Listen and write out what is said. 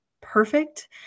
perfect